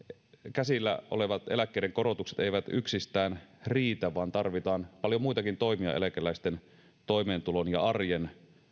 käsillä olevat eläkkeiden korotukset eivät yksistään riitä vaan tarvitaan paljon muitakin toimia eläkeläisten toimeentulon ja arjen